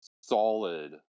solid